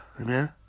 amen